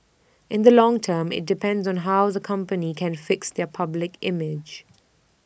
in the long term IT depends on how the company can fix their public image